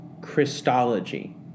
Christology